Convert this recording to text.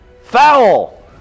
Foul